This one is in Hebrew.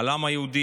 על העם היהודי.